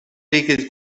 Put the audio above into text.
líquid